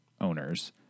owners